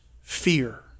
fear